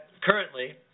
currently